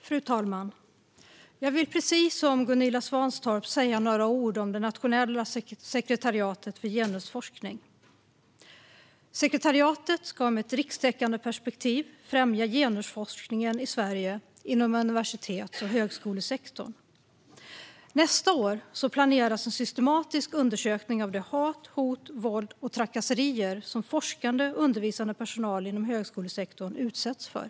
Fru talman! Jag vill, precis som Gunilla Svantorp, säga några ord om Nationella sekretariatet för genusforskning. Sekretariatet ska med ett rikstäckande perspektiv främja genusforskningen i Sverige inom universitets och högskolesektorn. Nästa år planeras en systematisk undersökning av det hat och våld och de hot och trakasserier som forskande och undervisande personal inom högskolesektorn utsätts för.